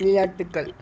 விளையாட்டுக்கள்